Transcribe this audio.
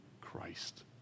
Christ